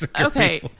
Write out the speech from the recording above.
okay